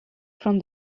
from